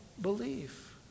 belief